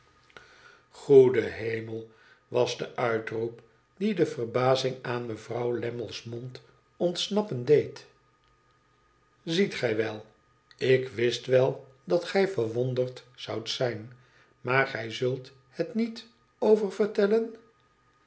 goede hemel was de uitroep dien de verbazing aan mevrouw lammle's mond ontsnappen deed ziet gij wel ik wist wel dat gij verwonderd zoudt zijn maar gij zult het niet